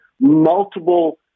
multiple